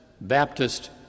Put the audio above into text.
Baptist